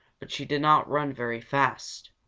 but she did not run very fast.